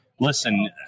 listen